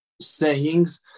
sayings